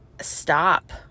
stop